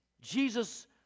Jesus